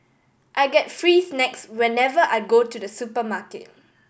I get free snacks whenever I go to the supermarket